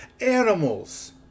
animals